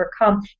overcome